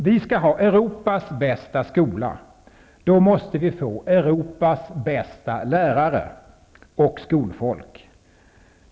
Vi skall ha Europas bästa skola, och då måste vi få Europas bästa lärare och skolfolk.